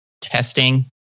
testing